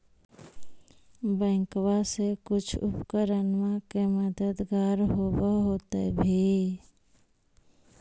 बैंकबा से कुछ उपकरणमा के मददगार होब होतै भी?